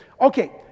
okay